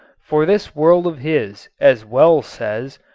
for this world of his, as wells says,